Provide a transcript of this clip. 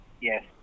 Yes